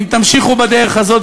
אם תמשיכו בדרך הזאת,